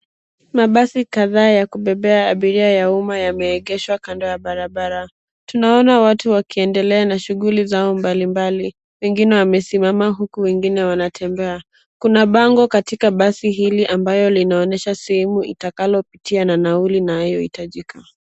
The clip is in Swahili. Mabasi kadhaa ya kubebea abiria ya umma yameegeshwa kando ya barabara. Tunaona watu wakiendelea na shughuli zao mbalimbali, wengine wamesimama uku wengine wanatembea. Kuna bango katika basi hili ambayo linaonyesha sehemu itakalopitia na nauli inayoitajika.